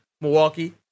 Milwaukee